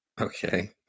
okay